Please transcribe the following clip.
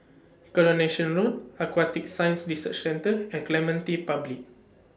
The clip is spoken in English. Coronation Road Aquatic Science Research Centre and Clementi Public